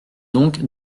donc